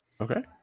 okay